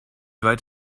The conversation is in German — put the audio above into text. weit